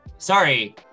Sorry